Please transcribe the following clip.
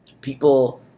people